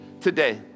today